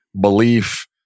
belief